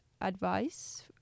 advice